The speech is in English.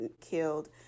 killed